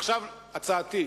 עכשיו הצעתי.